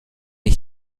ich